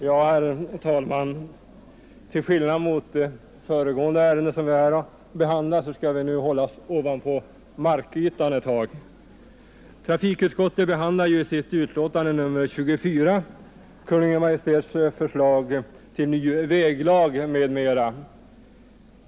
Herr talman! Till skillnad mot vad som var fallet i föregående ärende skall vi nu hålla oss ovanpå markytan ett tag. Trafikutskottet behandlar i sitt betänkande nr 24 Kungl. Maj:ts förslag till ny väglag m.m.